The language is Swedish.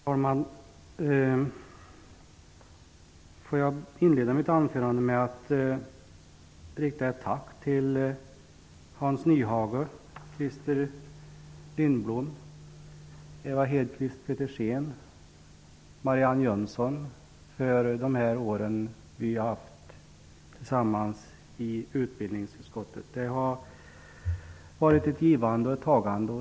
Herr talman! Jag vill inleda mitt anförande med att rikta ett tack till Hans Nyhage, Christer Lindblom, Ewa Hedkvist Petersen och Marianne Jönsson för dessa år vi haft tillsammans i utbildningsutskottet. Det har varit ett givande och ett tagande.